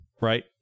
right